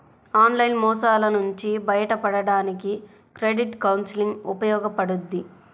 online మోసాల నుంచి బయటపడడానికి క్రెడిట్ కౌన్సిలింగ్ ఉపయోగపడుద్ది